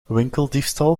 winkeldiefstal